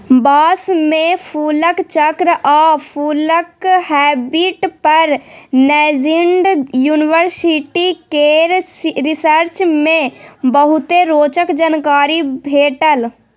बाँस मे फुलक चक्र आ फुलक हैबिट पर नैजिंड युनिवर्सिटी केर रिसर्च मे बहुते रोचक जानकारी भेटल